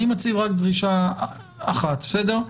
אני מציב רק דרישה אחת בסדר?